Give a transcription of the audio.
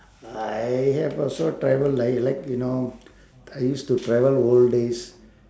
I have also travel like like you know I used to travel old days